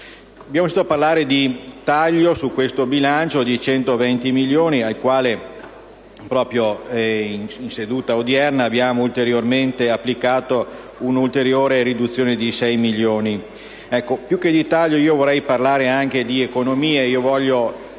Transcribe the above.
Abbiamo sentito parlare di un taglio su questo bilancio di 120 milioni, al quale proprio in seduta odierna abbiamo applicato un'ulteriore riduzione di 6 milioni. Più che di tagli, vorrei parlare di economie,